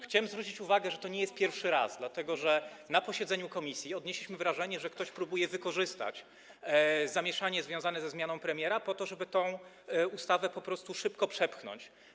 Chciałbym zwrócić uwagę, że to nie jest pierwszy raz, dlatego że na posiedzeniu komisji odnieśliśmy wrażenie, że ktoś próbuje wykorzystać zamieszanie związane ze zmianą premiera, żeby tę ustawę po prostu szybko przepchnąć.